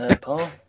Paul